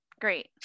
great